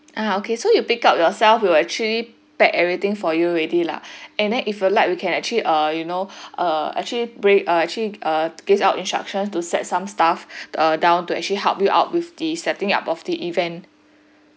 ah okay so you pick up yourself we'll actually pack everything for you already lah and then if err like we can actually uh you know uh actually break err actually uh gaze out instructions to set some staff err down to actually help you out with the setting up of the event